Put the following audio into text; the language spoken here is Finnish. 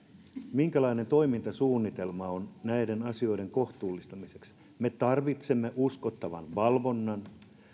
minkälainen toimintasuunnitelma on näiden asioiden kohtuullistamiseksi me tarvitsemme uskottavan valvonnan